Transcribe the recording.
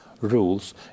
rules